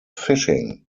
fishing